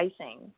icing